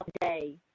day